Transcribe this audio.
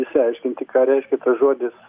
išsiaiškinti ką reiškia tas žodis